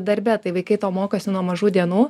darbe tai vaikai to mokosi nuo mažų dienų